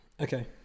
Okay